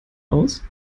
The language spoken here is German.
aus